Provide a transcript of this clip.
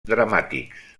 dramàtics